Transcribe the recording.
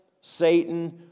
Satan